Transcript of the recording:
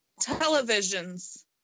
Televisions